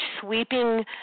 sweeping